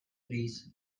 please